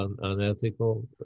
unethical